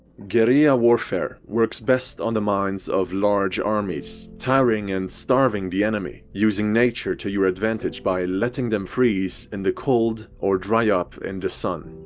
guerrilla warfare works best on the minds of large armies, tiring and starving the enemy, using nature to your advantage by letting them freeze in the cold or dry up in the sun.